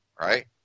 right